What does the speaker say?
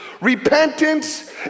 Repentance